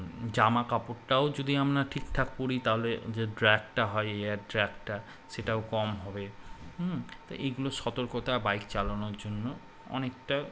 জামা কাপড়টাও যদি আমরা ঠিক ঠাক পরি তাহলে যে ট্র্যাপটা হয় এয়ার ট্র্যাপটা সেটাও কম হবে তো এইগুলো সতর্কতা বাইক চালানোর জন্য অনেকটা